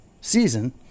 season